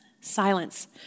Silence